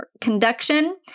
conduction